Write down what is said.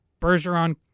Bergeron